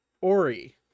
Ori